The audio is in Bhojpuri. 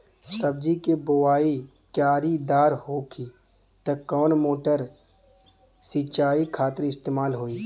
सब्जी के बोवाई क्यारी दार होखि त कवन मोटर सिंचाई खातिर इस्तेमाल होई?